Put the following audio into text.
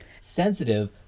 sensitive –